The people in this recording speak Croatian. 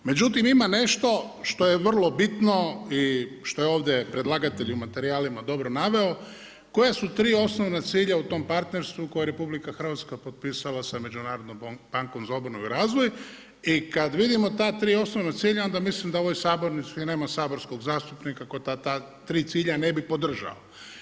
Međutim, ima nešto što je vrlo bitno i što je ovdje predlagatelju materijalima dobro naveo, koja su 3 osnovna cilja u tom partnerstvu koja je RH potpisala sa Međunarodnom bankom za obnovom i razvoj i kada vidimo ta 3 osnovna cilja, onda mislim da u ovoj sabornici nema saborskog zastupnika koja ta 3 cilja ne bi podržao.